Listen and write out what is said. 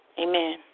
Amen